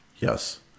Yes